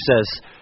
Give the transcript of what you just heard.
says